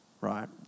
right